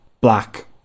black